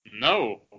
No